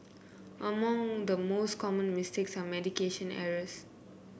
among the most common mistakes are medication errors